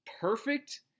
perfect